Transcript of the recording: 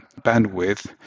bandwidth